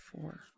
four